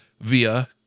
via